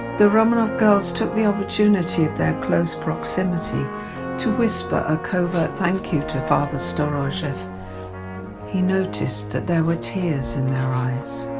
the romanov girls took the opportunity of their close proximity to whisper a covert thank you to father storozhev he noticed that there were tears in their eyes.